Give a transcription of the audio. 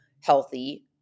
healthy